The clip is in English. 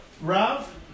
Rav